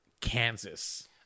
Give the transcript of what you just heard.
Kansas